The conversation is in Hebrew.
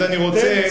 אני רוצה להתחיל,